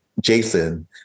Jason